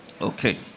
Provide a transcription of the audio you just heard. Okay